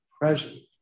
president